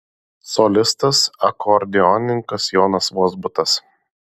solistas akordeonininkas jonas vozbutas